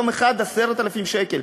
יום אחד, 10,000 שקל.